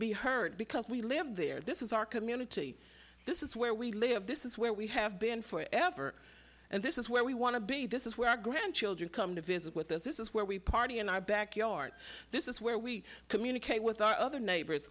be heard because we live there this is our community this is where we live this is where we have been for ever and this is where we want to be this is where our grandchildren come to visit with us this is where we party in our backyard this is where we communicate with our other neighbors